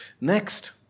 Next